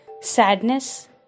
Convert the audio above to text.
Sadness